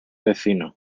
vecino